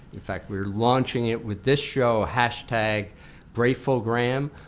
in fact, we're launching it with this show hashtag gratefulgram.